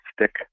stick